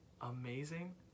amazing